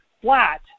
flat